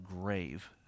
grave